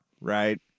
right